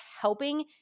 helping